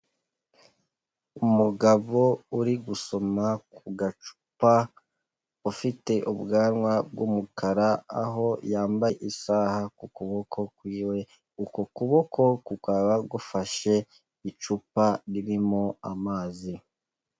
Umugabo uri gusoma ku gacupa, ufite ubwanwa bw'umukara, aho yambaye isaha ku kuboko ku iwe, uko kuboko kukaba gufashe icupa ririmo amazi.